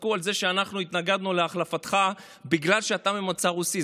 צחקו על זה שאנחנו התנגדנו להחלפתך בגלל שאתה ממוצא רוסי.